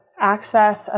access